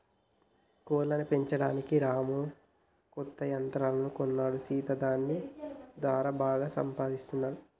కోళ్లను పెంచడానికి రాము కొత్త యంత్రాలు కొన్నాడు సీత దీని దారా బాగా సంపాదిస్తున్నాడు